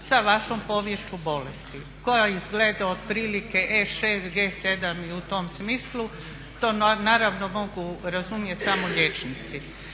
sa vašom poviješću bolesti koja izgleda otprilike E6, G7, i u tom smislu. To naravno mogu razumjeti samo liječnici.